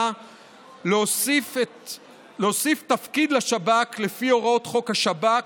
להוסיף תפקיד לשב"כ לפי הוראות חוק השב"כ,